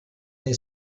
dai